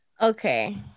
Okay